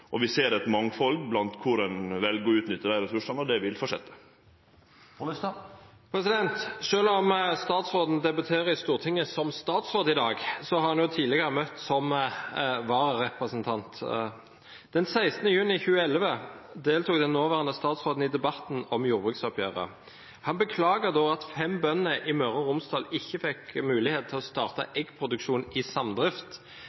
Vi ser eit mangfald når det gjeld korleis ein vel å utnytte dei ressursane, og det vil fortsetje. Selv om statsråden i dag debuterer i Stortinget som statsråd, har han jo tidligere møtt som vararepresentant. Den 16. juni 2011 deltok den nåværende statsråden i debatten om jordbruksoppgjøret. Han beklaget da at fem bønder i Møre og Romsdal ikke fikk muligheten til å starte